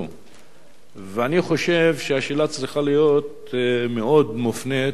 אני חושב שהשאלה צריכה להיות מופנית לא רק ליושב-ראש